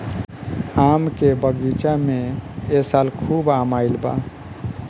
आम के बगीचा में ए साल खूब आम आईल बा